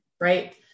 right